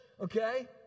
okay